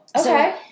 Okay